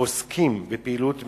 עוסקים בפעילות מגוונת,